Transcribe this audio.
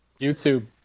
YouTube